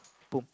boom